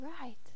right